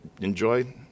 enjoy